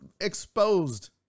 exposed